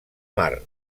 mar